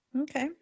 Okay